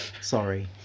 Sorry